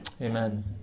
Amen